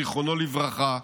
זיכרונו לברכה,